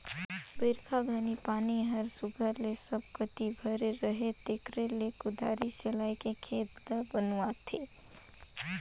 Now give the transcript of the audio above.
बरिखा घनी पानी हर सुग्घर ले सब कती भरे रहें तेकरे ले कुदारी चलाएके खेत ल बनुवाथे